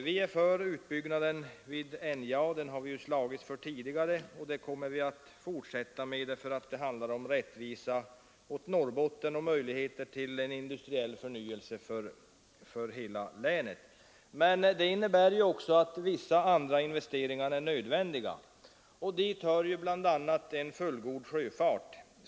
Vi är för utbyggnaden av NJA — den har vi slagits för tidigare, och vi kommer att fortsätta med det — därför att det handlar om rättvisa åt Norrbotten och möjligheter till industriell förnyelse för hela länet. Men utbyggnaden innebär också att vissa andra investeringar är nödvändiga. Dit hör bl.a. en fullgod sjöfart.